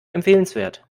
empfehlenswert